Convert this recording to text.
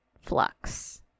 flux